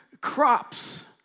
crops